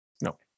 No